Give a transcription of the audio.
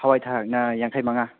ꯍꯋꯥꯏ ꯊꯔꯥꯛꯅ ꯌꯥꯡꯈꯩꯃꯉꯥ